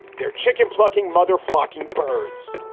their chicken plucking, mother flocking birds.